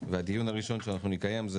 והדיון הראשון שאנחנו נקיים הוא